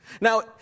Now